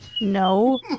No